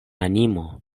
animo